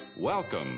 Welcome